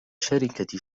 شركة